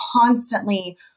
constantly